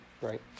Right